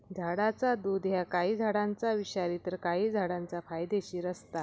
झाडाचा दुध ह्या काही झाडांचा विषारी तर काही झाडांचा फायदेशीर असता